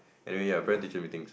and you are in parent teacher meetings